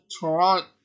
Toronto